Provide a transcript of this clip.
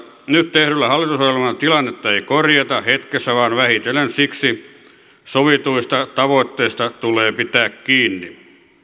nyt tehdyllä hallitusohjelmalla tilannetta ei korjata hetkessä vaan vähitellen siksi sovituista tavoitteista tulee pitää kiinni